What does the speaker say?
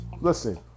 listen